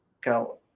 go